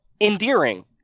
endearing